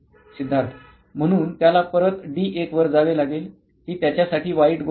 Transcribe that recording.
सिद्धार्थ म्हणून त्याला परत डी 1 वर जावे लागेल ही त्याच्यासाठी वाईट गोष्ट आहे